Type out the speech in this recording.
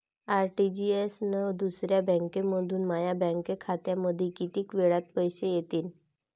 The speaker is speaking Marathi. आर.टी.जी.एस न दुसऱ्या बँकेमंधून माया बँक खात्यामंधी कितीक वेळातं पैसे येतीनं?